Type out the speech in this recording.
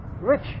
rich